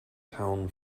town